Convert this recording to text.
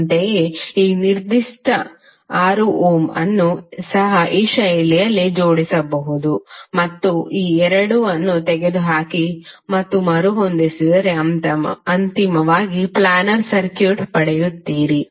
ಅಂತೆಯೇ 3 ಓಮ್ ಈ ನಿರ್ದಿಷ್ಟ 6 ಓಮ್ ಅನ್ನು ಸಹ ಈ ಶೈಲಿಯಲ್ಲಿ ಜೋಡಿಸಬಹುದು ಮತ್ತು ಈ 2 ಅನ್ನು ತೆಗೆದುಹಾಕಿ ಮತ್ತು ಮರುಹೊಂದಿಸಿದರೆ ಅಂತಿಮವಾಗಿ ಪ್ಲ್ಯಾನರ್ ಸರ್ಕ್ಯೂಟ್ ಪಡೆಯುತ್ತೀರಿ